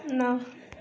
نو